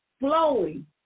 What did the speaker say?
flowing